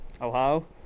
Ohio